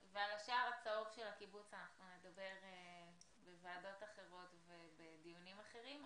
על השער הצהוב של הקיבוץ נדבר בוועדות אחרות ובדיונים אחרים,